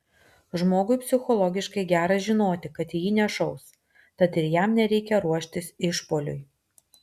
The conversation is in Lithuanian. žmogui psichologiškai gera žinoti kad į jį nešaus tad ir jam nereikia ruoštis išpuoliui